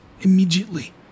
immediately